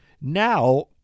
Now